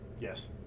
yes